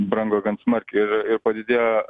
brango gan smarkiai ir padidėjo